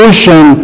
Ocean